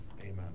amen